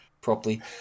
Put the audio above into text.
properly